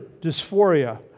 dysphoria